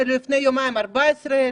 לפני יומיים 14,000,